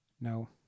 no